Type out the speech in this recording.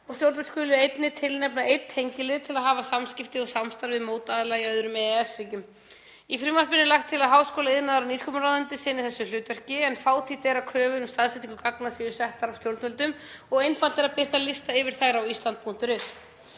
og stjórnvöld skulu einnig tilnefna einn tengilið til að hafa samskipti og samstarf við mótaðila í öðrum EES-ríkjum. Í frumvarpinu er lagt til að háskóla-, iðnaðar- og nýsköpunarráðuneytið sinni þessu hlutverki en fátítt er að kröfur um staðsetningu gagna séu settar af stjórnvöldum og einfalt er að birta lista yfir þær á island.is.